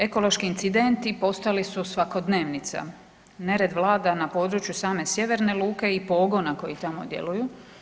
Ekološki incidenti postali su svakodnevnica, nered vlada na području same sjeverne luke i pogona koji tamo djeluju.